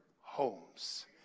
homes